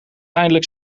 eindelijk